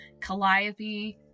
Calliope